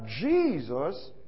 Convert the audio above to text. Jesus